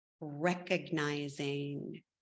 recognizing